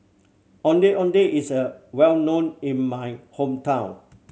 Ondeh Ondeh is a well known in my hometown